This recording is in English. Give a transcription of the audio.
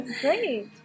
Great